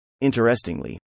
Interestingly